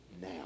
now